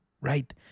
right